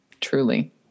truly